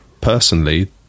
personally